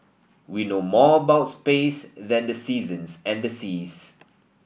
we know more about space than the seasons and the seas